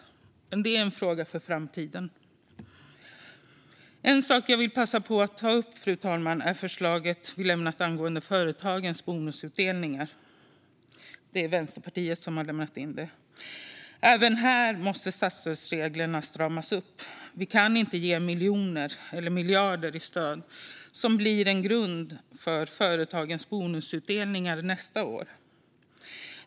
Men detta är en fråga för framtiden. En sak jag vill passa på att ta upp, fru talman, är det förslag vi i Vänsterpartiet lagt fram angående företagens bonusutdelningar. Även här måste statsstödsreglerna stramas upp. Vi kan inte ge miljoner eller miljarder i stöd som blir en grund för företagens bonusutdelningar nästa år.